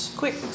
quick